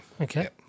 Okay